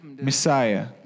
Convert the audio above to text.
messiah